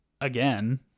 again